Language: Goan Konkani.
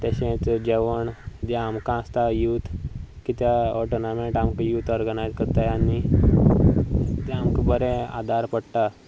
तशेंच जेवण जें आमकां आसता यूथ कित्याक हो टोर्नामेंट आमकां यूथ ऑर्गनायज करता आनी ते आमकां बरें आदार पडटा